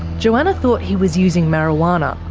johanna thought he was using marijuana,